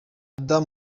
adam